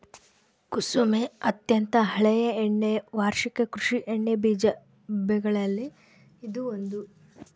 ಕುಸುಮೆ ಅತ್ಯಂತ ಹಳೆಯ ಎಣ್ಣೆ ವಾರ್ಷಿಕ ಕೃಷಿ ಎಣ್ಣೆಬೀಜ ಬೆಗಳಲ್ಲಿ ಇದು ಒಂದು